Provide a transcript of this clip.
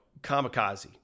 kamikaze